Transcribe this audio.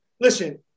listen